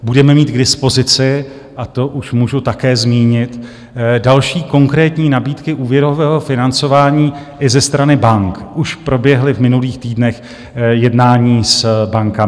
Budeme mít k dispozici, a to už můžu také zmínit, další konkrétní nabídky úvěrového financování i ze strany bank už proběhla v minulých týdnech jednání s bankami.